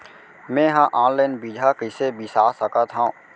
मे हा अनलाइन बीजहा कईसे बीसा सकत हाव